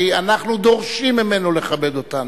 כי אנחנו דורשים ממנו לכבד אותנו,